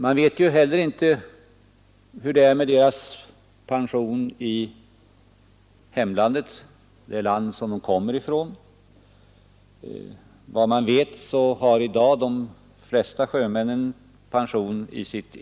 Man vet heller inte hur det är med de utländska sjömännens pensioner i hemlandet och hur dessa skall samordnas med ATP.